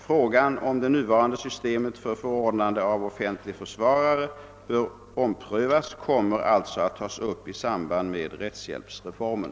Frågan om huruvida det nuvarande systemet för förordnande av offentlig försvarare bör omprövas kommer alltså att tas upp i samband med rättshjälpsreformen.